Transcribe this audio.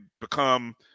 become